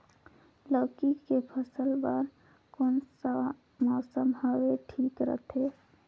लौकी के फसल बार कोन सा मौसम हवे ठीक रथे?